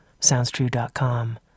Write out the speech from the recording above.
SoundsTrue.com